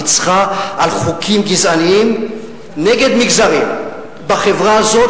ניצחה על חוקים גזעניים נגד מגזרים בחברה הזו,